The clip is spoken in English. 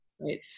Right